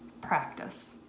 practice